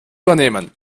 übernehmen